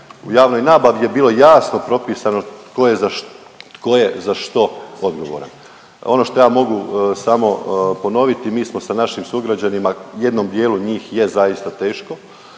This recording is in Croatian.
u javnoj nabavi je bilo jasno propisano tko je za što odgovoran. Ono što ja mogu samo ponoviti, mi smo sa našim sugrađanima, jednom dijelu njih je zaista teško,